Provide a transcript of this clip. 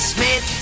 Smith